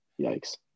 Yikes